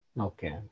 Okay